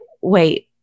wait